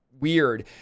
weird